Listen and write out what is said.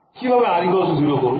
কিভাবে R 0 করবো